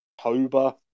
October